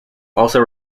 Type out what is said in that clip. also